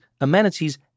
amenities